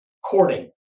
courting